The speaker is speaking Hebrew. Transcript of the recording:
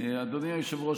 אדוני היושב-ראש,